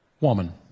Woman